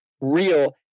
real